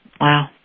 Wow